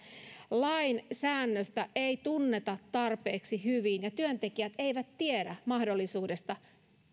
lain säännöstä ei tunneta tarpeeksi hyvin ja työntekijät eivät tiedä mahdollisuudesta